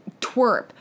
twerp